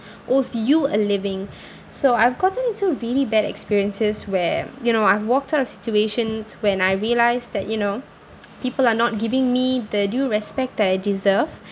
owes you a living so I've gotten into really bad experiences where you know I've walked out of situations when I realised that you know people are not giving me the due respect that I deserve